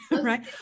Right